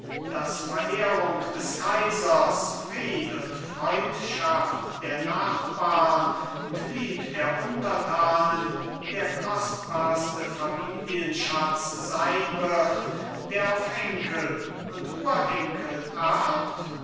daß verehrung des kaisers fried und freundschaft der nachbarn und lieb der untertanen der kostbarste familienschatz sein wird der auf enkel und urenkel erbt